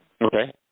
okay